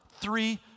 three